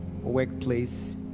workplace